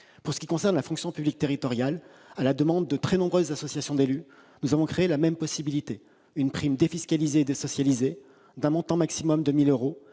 Pour ce qui concerne la fonction publique territoriale, à la demande de très nombreuses associations d'élus, nous avons créé la même possibilité : une prime défiscalisée et désocialisée, d'un montant maximal de 1 000 euros,